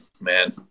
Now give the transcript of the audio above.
man